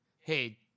hey